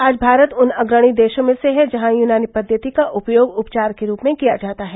आज भारत उन अग्रणी देशों में से है जहां यूनानी पद्धति का उपयोग उपचार के रूप में किया जाता है